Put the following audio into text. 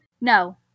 No